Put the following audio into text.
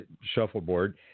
shuffleboard